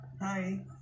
Hi